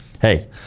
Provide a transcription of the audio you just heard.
hey